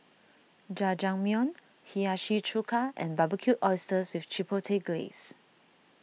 Jajangmyeon Hiyashi Chuka and Barbecued Oysters with Chipotle Glaze